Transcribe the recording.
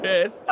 Yes